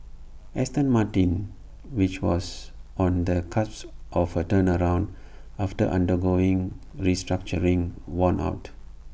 Aston Martin which was on the cusp of A turnaround after undergoing restructuring won out